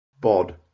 bod